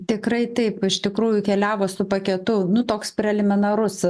tikrai taip iš tikrųjų keliavo su paketu nu toks preliminarus